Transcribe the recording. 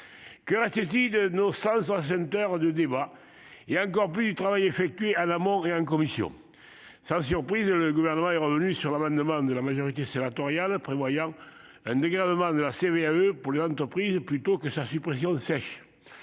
Que reste-t-il de nos 160 heures de débat et, encore plus, du travail effectué en amont et en commission ? Sans surprise, le Gouvernement est revenu sur l'amendement de la majorité sénatoriale prévoyant un dégrèvement de la CVAE pour les entreprises plutôt que sa suppression sèche.